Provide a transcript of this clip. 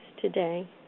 today